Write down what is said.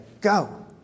Go